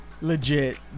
legit